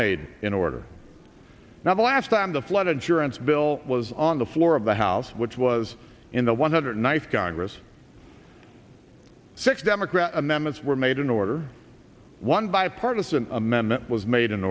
made in order now the last time the flood insurance bill was on the floor of the house which was in the one hundred nice guy ingress six democrat amendments were made in order one bipartisan amendment was made in